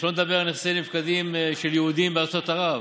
שלא לדבר על נכסי נפקדים של יהודים בארצות ערב,